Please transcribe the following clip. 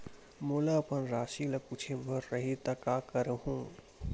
मोला अपन राशि ल पूछे बर रही त का करहूं?